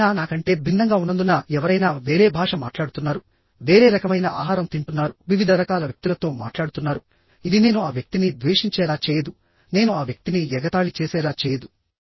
ఎవరైనా నాకంటే భిన్నంగా ఉన్నందున ఎవరైనా వేరే భాష మాట్లాడుతున్నారు వేరే రకమైన ఆహారం తింటున్నారు వివిధ రకాల వ్యక్తులతో మాట్లాడుతున్నారు ఇది నేను ఆ వ్యక్తిని ద్వేషించేలా చేయదు నేను ఆ వ్యక్తిని ఎగతాళి చేసేలా చేయదు